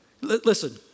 Listen